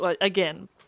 again